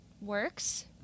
works